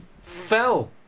fell